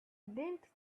didn’t